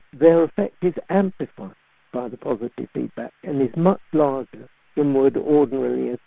their effect is amplified by the positive feedbacks and is much larger than would ordinarily occur.